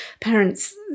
parents